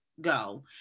go